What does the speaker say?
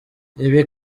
ibi